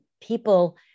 people